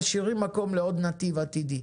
משאירים מקום לעוד נתיב עתידי,